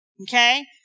Okay